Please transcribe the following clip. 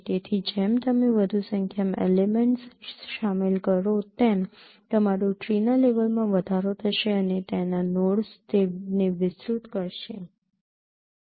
તેથી જેમ તમે વધુ સંખ્યામાં એલિમેંટ્સ શામેલ કરો તેમ તમારું ટ્રી ના લેવલમાં વધારો કરશે અને તે તેના નોડસ તેને વિસ્તૃત કરશે